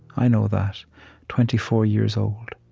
i know that twenty four years old.